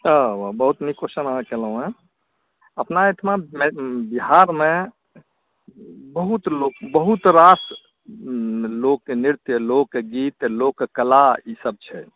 वाह बहुत नीक क्वेश्चन अहाँ केलहुँ हेँ अपना एहिठमा बिहारमे बहुत लोक बहुत रास लोकनृत्य लोकगीत लोककला ईसभ छै